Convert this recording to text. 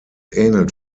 ähnelt